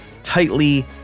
tightly